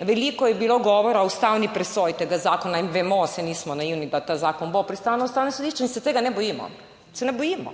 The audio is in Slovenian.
veliko je bilo govora o ustavni presoji tega zakona in vemo, saj nismo naivni, da ta zakon bo pristal na Ustavnem sodišču in se tega ne bojimo, se ne bojimo.